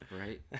right